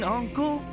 uncle